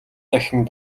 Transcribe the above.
дахин